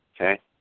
okay